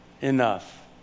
enough